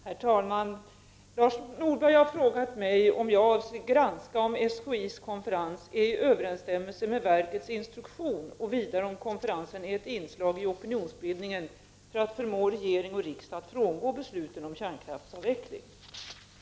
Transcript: Herr talman! Lars Norberg har frågat mig om jag avser granska om SKI:s konferens är i överensstämmelse med verkets instruktion, och vidare om konferensen är ett inslag i opinionsbildningen för att förmå regering och riksdag att frångå besluten om kärnkraftsavveckling.